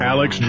Alex